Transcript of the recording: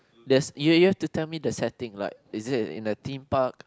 there's you you have to tell me the setting like is it in the theme park